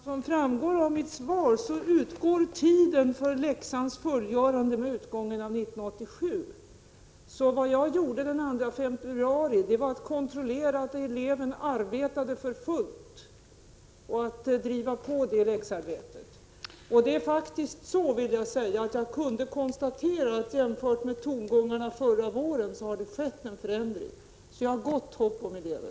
Herr talman! Som framgår av mitt svar löper tiden för läxans fullgörande ut i och med utgången av 1987. Vad jag gjorde den 2 februari var att kontrollera att eleven arbetade för fullt och att driva på läxarbetet. Jag kunde faktiskt också konstatera att jämfört med tongångarna förra våren har det skett en förändring. Jag har alltså gott hopp om eleven.